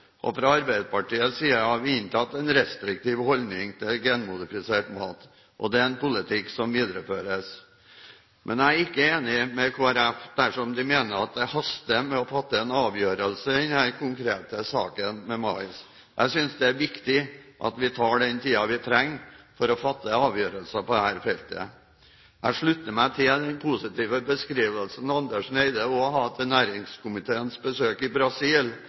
GMO. Fra Arbeiderpartiets side har vi inntatt en restriktiv holdning til genmodifisert mat, og det er en politikk som videreføres. Men jeg er ikke enig med Kristelig Folkeparti dersom de mener at det haster med å fatte en avgjørelse i denne konkrete saken med mais. Jeg synes det er viktig at vi tar den tiden vi trenger for å fatte en avgjørelse på dette feltet. Jeg slutter meg til den positive beskrivelsen Andersen Eide også har til næringskomiteens besøk i Brasil